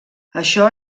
això